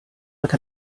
with